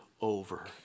over